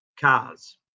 cars